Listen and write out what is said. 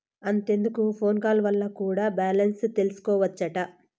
అంతెందుకు phone call వల్ల కూడా బాలెన్స్ తెల్సికోవచ్చట